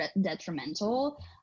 detrimental